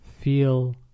Feel